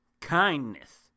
kindness